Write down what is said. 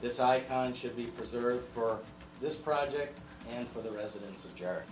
this icon should be preserved for this project and for the residents of jer